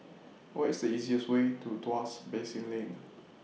What IS The easiest Way to Tuas Basin Lane